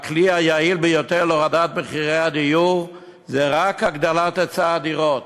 הכלי היעיל ביותר להורדת מחירי הדיור זה רק הגדלת היצע הדירות.